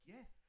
Yes